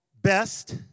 best